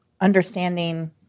understanding